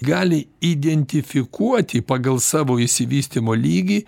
gali identifikuoti pagal savo išsivystymo lygį